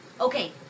Okay